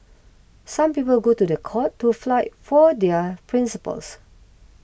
some people go to the court to flight for their principles